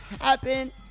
happen